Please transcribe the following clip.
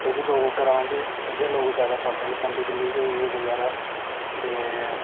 एब्बी लोग ग्रांऽ च इयै लोग जादा पांदे न तम्बी कमीज होई गेई बगैरा ते